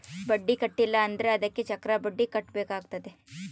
ಬಡ್ಡಿ ಕಟ್ಟಿಲ ಅಂದ್ರೆ ಅದಕ್ಕೆ ಚಕ್ರಬಡ್ಡಿ ಕಟ್ಟಬೇಕಾತತೆ